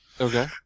Okay